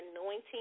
anointing